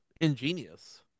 ingenious